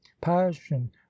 passion